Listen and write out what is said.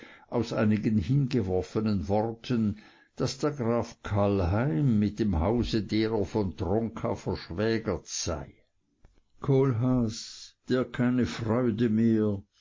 aus einigen hingeworfenen worten daß der graf kallheim mit dem hause derer von tronka verschwägert sei kohlhaas der keine freude mehr